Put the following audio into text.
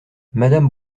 madame